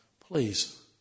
Please